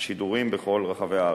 השידורים בכל רחבי הארץ.